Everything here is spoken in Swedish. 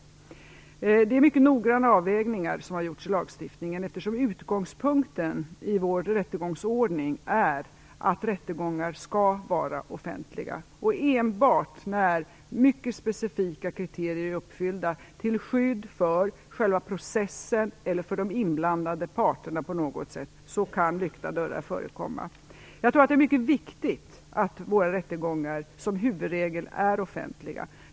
Det har gjorts mycket noggranna avvägningar i lagstiftningen, eftersom utgångspunkten i vår rättegångsordning är den att rättegångar skall vara offentliga. Enbart när mycket specifika kriterier är uppfyllda, till skydd för själva processen eller för de på något sätt inblandade parterna, kan lyckta dörrar förekomma. Jag tror att det är mycket viktigt att våra rättegångar som huvudregel är offentliga.